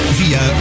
via